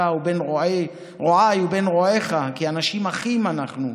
ובין רעי ובין רעיך כי אנשים אחים אנחנו.